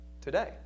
today